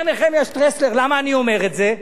אומר נחמיה שטרסלר, למה אני אומר את זה?